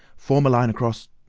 form a line across